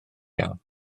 iawn